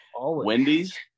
Wendy's